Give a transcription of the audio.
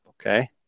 okay